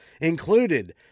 included